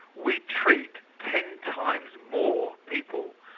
we treat ten times more people,